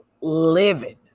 living